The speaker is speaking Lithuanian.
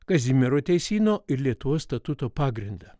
kazimiero teisyno ir lietuvos statuto pagrindą